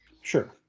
Sure